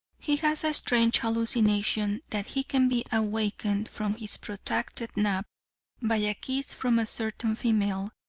he has a strange hallucination that he can be awakened from his protracted nap by a kiss from a certain female,